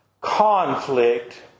conflict